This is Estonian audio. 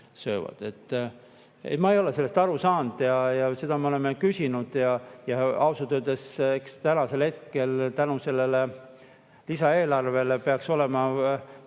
ma ei ole sellest aru saanud ja seda me olemegi küsinud. Ausalt öeldes peaks tänasel hetkel tänu sellele lisaeelarvele olema